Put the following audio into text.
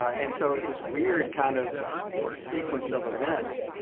and so it's this weird kind of sequence of events.